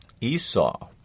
Esau